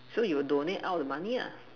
so you donate out the money ah